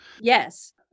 yes